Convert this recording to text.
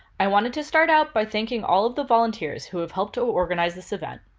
i wanted to start out by thanking all of the volunteers who have helped to organize this event,